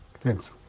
Thanks